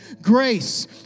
grace